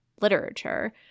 literature